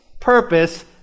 purpose